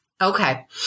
Okay